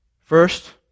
First